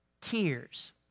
tears